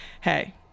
hey